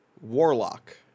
Warlock